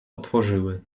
otworzyły